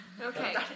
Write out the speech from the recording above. Okay